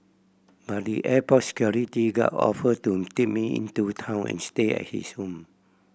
but the airport security guard offered to take me into town and stay at his home